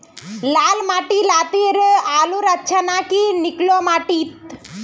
लाल माटी लात्तिर आलूर अच्छा ना की निकलो माटी त?